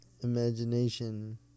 Imagination